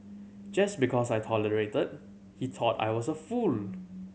just because I tolerated he thought I was a fool